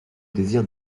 désir